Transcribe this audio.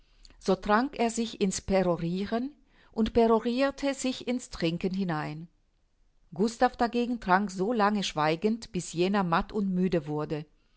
so trank er sich in's peroriren und perorirte sich in's trinken hinein gustav dagegen trank so lange schweigend bis jener matt und müde wurde